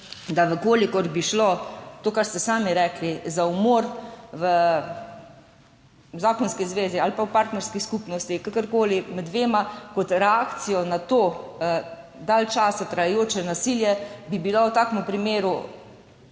da če bi šlo za to, kar ste sami rekli, umor v zakonski zvezi ali pa v partnerski skupnosti, kakorkoli, med dvema kot reakcija na to dalj časa trajajoče nasilje, bi bila v takem primeru